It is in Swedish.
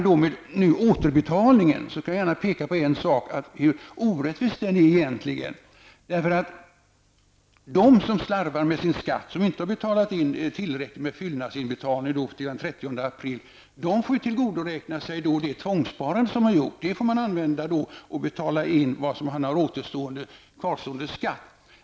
Jag vill också gärna peka på hur orättvis återbetalningen egentligen är. De som slarvar med sin skatt och som inte har betalat in en tillräcklig fyllnadsinbetalning till den 30 april, får ju tillgodoräkna sig det genomförda tvångssparandet. De får använda det till att betala in kvarstående skatt.